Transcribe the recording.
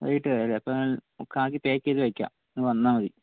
വൈകിട്ട് വരും അല്ലെ അപ്പോൾ ആക്കി പാക്ക് ചെയ്ത് വെക്കാം നിങ്ങൾ വന്നാൽ മതി